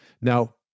Now